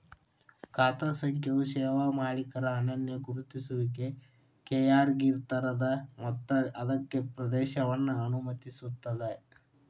ಖಾತಾ ಸಂಖ್ಯೆಯು ಸೇವೆಯ ಮಾಲೇಕರ ಅನನ್ಯ ಗುರುತಿಸುವಿಕೆಯಾಗಿರ್ತದ ಮತ್ತ ಅದಕ್ಕ ಪ್ರವೇಶವನ್ನ ಅನುಮತಿಸುತ್ತದ